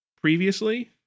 previously